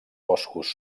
boscos